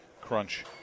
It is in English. Crunch